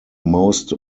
most